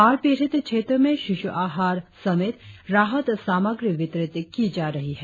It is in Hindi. बाढ़ पीड़ित क्षेत्रों में शिश्र आहार समेत राहत सामग्री वितरित की जा रही है